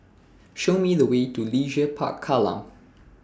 Show Me The Way to Leisure Park Kallang